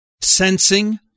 Sensing